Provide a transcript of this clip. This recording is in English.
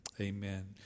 amen